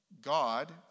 God